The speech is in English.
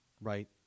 right